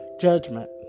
judgment